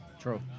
true